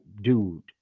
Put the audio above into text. dude